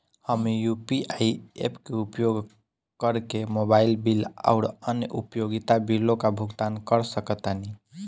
हम UPI apps के उपयोग करके मोबाइल बिल आउर अन्य उपयोगिता बिलों का भुगतान कर सकतानी